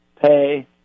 pay